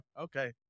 Okay